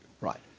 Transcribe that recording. right